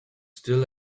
still